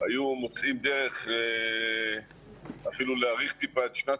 היו מוצאים דרך אפילו להאריך טיפה את שנת